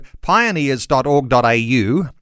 pioneers.org.au